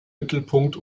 mittelpunkt